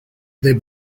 they